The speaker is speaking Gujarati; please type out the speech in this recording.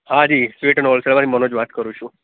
હા જી સ્વીટ ઍન્ડ હોલસેલમાંથી મનોજ વાત કરું છું